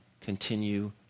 continue